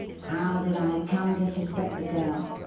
how did i come to suspect the girl?